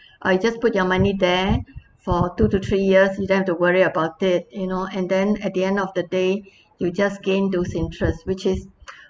I just put your money there for two to three years you don't have to worry about it you know and then at the end of the day you just gain those interest which is